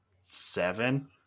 seven